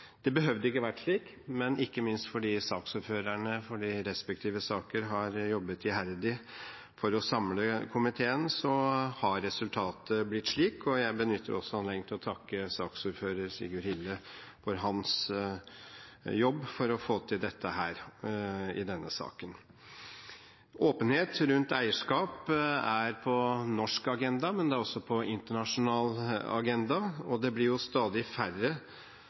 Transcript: Det behøvde ikke å ha vært slik, men ikke minst fordi saksordførerne for de respektive sakene har jobbet iherdig for å samle komiteen, har resultatet blitt slik. Jeg benytter også anledningen til å takke saksordfører Sigurd Hille for hans jobb med å få til det i denne saken. Åpenhet rundt eierskap er på den norske agendaen, men det er også på den internasjonale agendaen. Det blir stadig færre